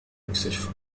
المستشفى